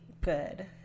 good